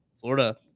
Florida